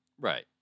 right